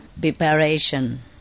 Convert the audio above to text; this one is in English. preparation